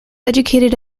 educated